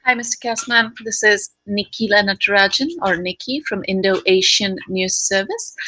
um mr. kasman. this is nikhila natarajan or niki from indo-asian news service.